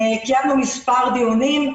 קיימנו מספר דיונים.